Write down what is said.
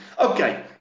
Okay